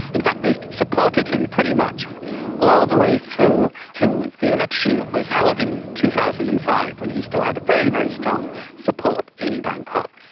in fact they supported him pretty much all the way through to the election that was held in two thousand and five when he still had a very, very strong support in bangkok.